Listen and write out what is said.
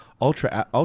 ultra